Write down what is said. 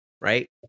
right